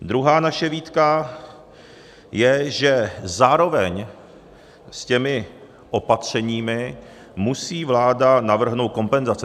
Druhá naše výtka je, že zároveň s opatřeními musí vláda navrhnout kompenzace.